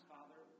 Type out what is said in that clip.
Father